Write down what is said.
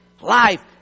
Life